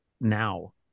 now